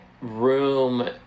room